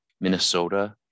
Minnesota